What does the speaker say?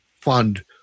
fund